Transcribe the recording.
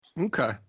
okay